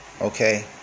okay